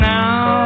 now